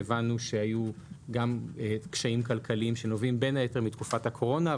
והבנו שהיו גם קשיים כלכליים שנובעים בין היתר מתקופת הקורונה,